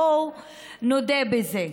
בואו נודה בזה.